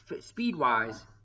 Speed-wise